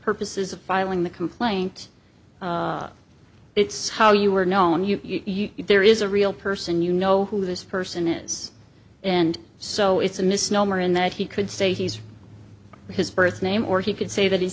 purposes of filing the complaint it's how you were known you there is a real person you know who this person is and so it's a misnomer in that he could say he's his birth name or he could say that